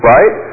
Right